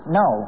no